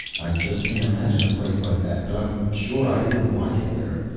i just can't imagine a place like that. but i'm sure i wouldn't like it there.